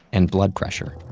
and blood pressure.